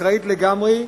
אקראית לגמרי,